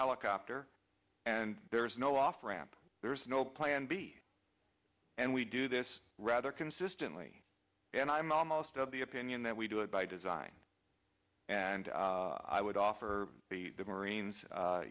helicopter and there is no off ramp there's no plan b and we do this rather consistently and i'm almost of the opinion that we do it by design and i would offer the marines